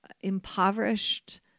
impoverished